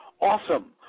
awesome